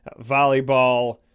volleyball